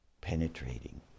penetrating